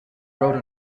rode